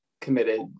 committed